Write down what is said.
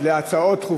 הוא קיבל את הסתייגותי.